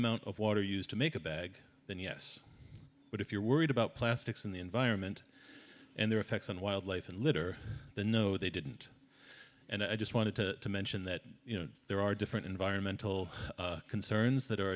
amount of water used to make a bag then yes but if you're worried about plastics in the environment and their effects on wildlife and litter no they didn't and i just wanted to mention that you know there are different environmental concerns that are